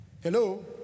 Hello